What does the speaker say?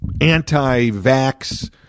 anti-vax